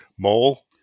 Mole